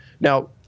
Now